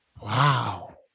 Wow